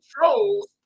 controls